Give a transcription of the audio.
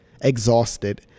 exhausted